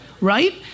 right